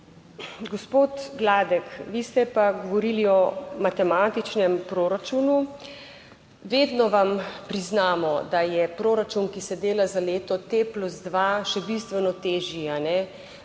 Gospod Gladek, vi ste pa govorili o matematičnem proračunu. Vedno vam priznamo, da je proračun, ki se dela za leto T+2 še bistveno težji,